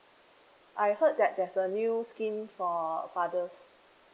I heard that there's a new scheme for fathers